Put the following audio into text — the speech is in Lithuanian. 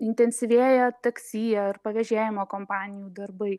intensyvėja taksi ar pavėžėjimo kompanijų darbai